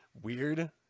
weird